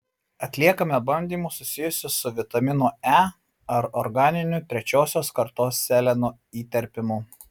atliekame bandymus susijusius su vitamino e ar organiniu trečiosios kartos seleno įterpimu